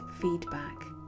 feedback